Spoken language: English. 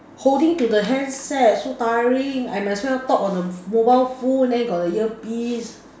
holding to the handset so tiring I might as well talk on the mo~ mobile phone then got the earpiece